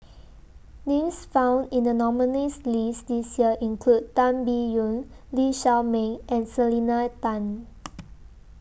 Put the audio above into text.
Names found in The nominees' list This Year include Tan Biyun Lee Shao Meng and Selena Tan